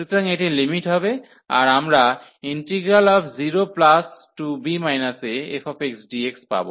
সুতরাং এটি লিমিট হবে আর আমরা 0b afx dx পাব